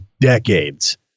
decades